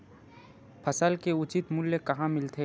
फसल के उचित मूल्य कहां मिलथे?